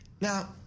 Now